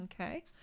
okay